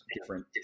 different